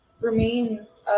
remains